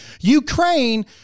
Ukraine